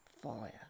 Fire